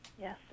Yes